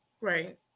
right